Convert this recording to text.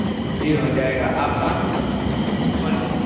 جی ہو جائے گا آپ کہاں سے بول